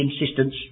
insistence